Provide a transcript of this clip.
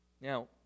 Now